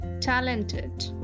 talented